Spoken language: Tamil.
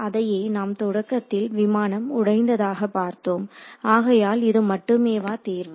அதையே நாம் தொடக்கத்தில் விமானம் உடைந்ததாக பார்த்தோம் ஆகையால் இது மட்டுமேவா தேர்வு